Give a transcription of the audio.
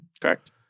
Correct